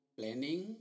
planning